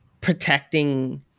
protecting